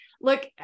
look